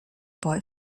boy